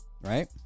Right